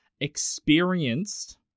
experienced